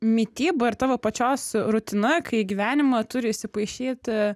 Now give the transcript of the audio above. mityba ir tavo pačios rutina kai į gyvenimą turi įsipaišyti